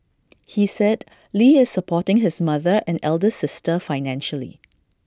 he said lee is supporting his mother and elder sister financially